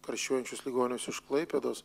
karščiuojančius ligonius iš klaipėdos